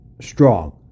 strong